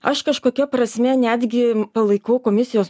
aš kažkokia prasme netgi palaikau komisijos